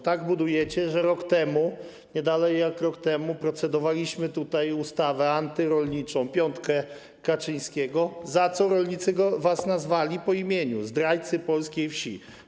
Tak budujecie, że nie dalej jak rok temu procedowaliśmy tutaj nad ustawą antyrolniczą, piątką Kaczyńskiego, za co rolnicy was nazwali po imieniu: zdrajcy polskiej wsi.